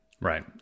Right